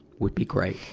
would be great.